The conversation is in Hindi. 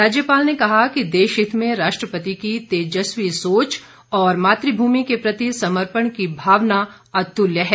राज्यपाल ने कहा कि देशहित में राष्ट्रपति की तेजस्वी सोच और मातृभूमि के प्रति समर्पण की भावना अतुल्य है